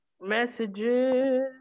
messages